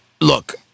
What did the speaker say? Look